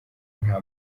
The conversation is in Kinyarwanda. nta